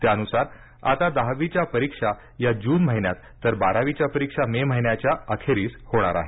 त्यानुसार आता दहावीच्या परीक्षा या जून महिन्यात तर बारावीच्या परीक्षा मे महिन्याच्या अखेरीस होणार आहेत